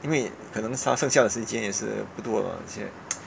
因为可能他剩下的时间也是不多了现在